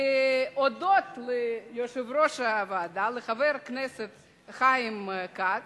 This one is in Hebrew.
והודות ליושב-ראש הוועדה, חבר הכנסת חיים כץ,